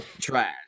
Trash